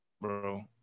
bro